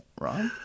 Right